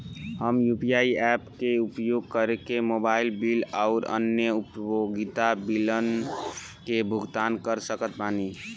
हम UPI apps के उपयोग करके मोबाइल बिल आउर अन्य उपयोगिता बिलन के भुगतान कर सकत बानी